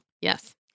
yes